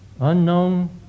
unknown